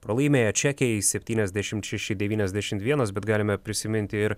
pralaimėjo čekijai septyniasdešim šeši devyniasdešim vienas bet galime prisiminti ir